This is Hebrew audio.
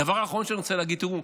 הדבר האחרון שאני רוצה להגיד: ראו,